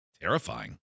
Terrifying